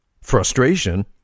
frustration